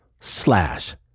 slash